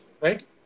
right